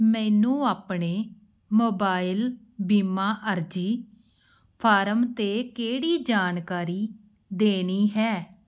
ਮੈਨੂੰ ਆਪਣੇ ਮੋਬਾਈਲ ਬੀਮਾ ਅਰਜ਼ੀ ਫਾਰਮ 'ਤੇ ਕਿਹੜੀ ਜਾਣਕਾਰੀ ਦੇਣੀ ਹੈ